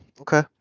Okay